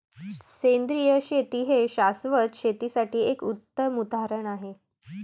सेंद्रिय शेती हे शाश्वत शेतीसाठी एक उत्तम उदाहरण आहे